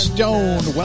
Stone